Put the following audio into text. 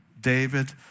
David